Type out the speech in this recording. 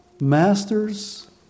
masters